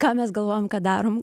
ką mes galvojam ką darom